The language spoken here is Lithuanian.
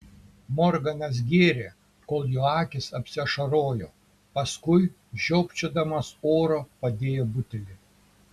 morganas gėrė kol jo akys apsiašarojo paskui žiopčiodamas oro padėjo butelį